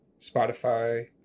Spotify